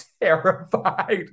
terrified